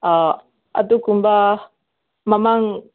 ꯑꯥꯎ ꯑꯗꯨꯒꯨꯝꯕ ꯃꯃꯥꯡ